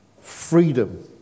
Freedom